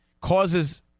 causes